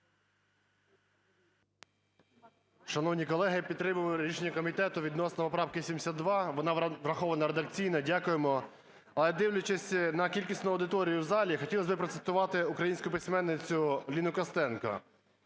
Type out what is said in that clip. Шановні колеги, підтримую рішення комітету відносно поправки 72, вона врахована реакційно. Дякуємо. Але, дивлячись на кількісну аудиторію в залі, хотілось би процитувати українську письменницю Ліну Костенко: